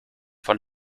von